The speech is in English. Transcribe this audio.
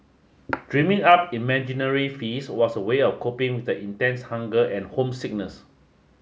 dreaming up imaginary feast was a way of coping with the intense hunger and homesickness